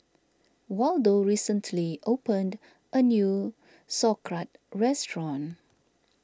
Waldo recently opened a new Sauerkraut restaurant